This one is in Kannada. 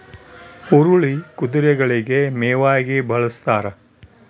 ಹುರುಳಿ ಕುದುರೆಗಳಿಗೆ ಮೇವಾಗಿ ಬಳಸ್ತಾರ